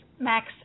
Max